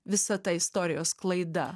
visa ta istorijos sklaida